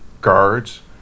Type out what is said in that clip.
guards